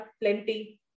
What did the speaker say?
plenty